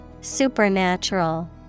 Supernatural